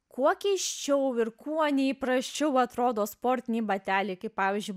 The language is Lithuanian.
kuo keisčiau ir kuo neįprasčiau atrodo sportiniai bateliai kaip pavyzdžiui